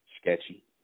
sketchy